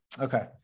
Okay